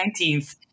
19th